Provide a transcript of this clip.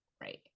right